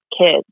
kids